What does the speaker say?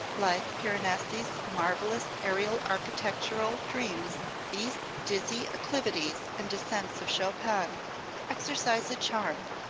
like piranesi's marvellous aerial architectural dreams, these dizzy acclivities and descents of chopin exercise a charm,